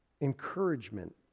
encouragement